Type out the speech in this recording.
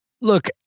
look